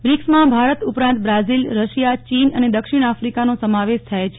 બ્રિક્સમાં ભારત ઉપરાંત Brazil Russia ચીન અને દક્ષિણ આફ્રિકાનો સમાવેશ થાય છે